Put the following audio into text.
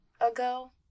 ago